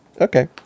Okay